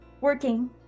working